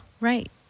Right